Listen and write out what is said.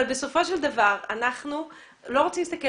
אבל בסופו של דבר אנחנו לא רוצים להסתכל,